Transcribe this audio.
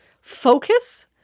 focus